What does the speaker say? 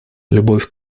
любовь